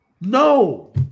No